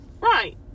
Right